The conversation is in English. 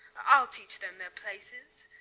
i'll teach them their places.